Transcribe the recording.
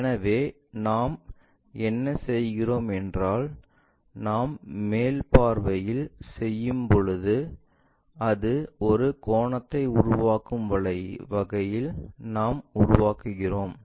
எனவே நாம் என்ன செய்கிறோம் என்றால் நாம் மேல் பார்வையில் செய்யும்போது அது ஒரு கோணத்தை உருவாக்கும் வகையில் நாங்கள் உருவாக்குகிறோம்